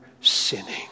sinning